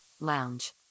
lounge